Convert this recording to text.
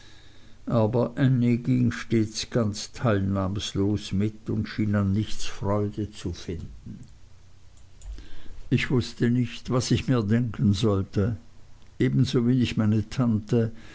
aber ännie ging stets ganz teilnahmlos mit und schien an nichts freude zu finden ich wußte nicht was ich mir denken sollte ebensowenig meine tante